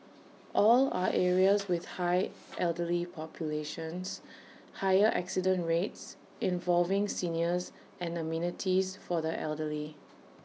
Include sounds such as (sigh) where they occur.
all (noise) are areas with high elderly populations higher accident rates involving seniors and amenities for the elderly